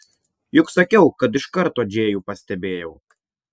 juk sakiau kad iš karto džėjų pastebėjau